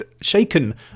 shaken